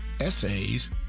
essays